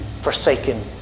forsaken